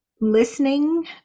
listening